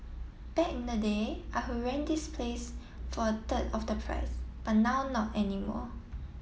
back in the day I would rent this place for a third of the price but now not any more